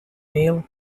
meal